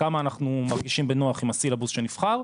כמה אנחנו מרגישים בנוח עם הסילבוס שנבחר,